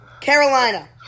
Carolina